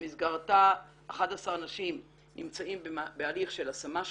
במסגרתה 11 נשים נמצאות בהליך של השמה,